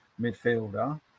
midfielder